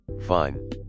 fine